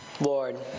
Lord